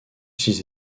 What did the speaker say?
six